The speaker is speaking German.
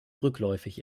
rückläufig